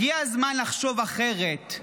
הגיע הזמן לחשוב אחרת.